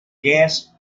gas